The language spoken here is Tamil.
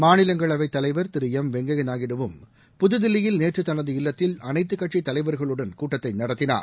மாநிலங்களவைத் தலைவர் திரு எம் வெங்கைய நாயுடுவும் புதுதில்லியில் நேற்று தனது இல்லத்தில் அனைத்துக்கட்சித் தலைவர்களுடன் கூட்டத்தை நடத்தினார்